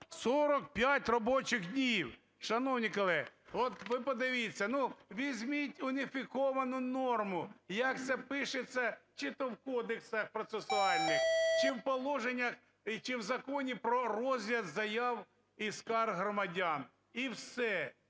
45 робочих днів. Шановні колеги, от подивіться, візьміть уніфіковану норму, як це пишеться чи то в кодексах процесуальних, чи в положеннях, чи в Законі про розгляд заяв і скарг громадян, і все.